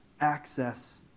access